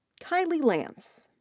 kylee lantz.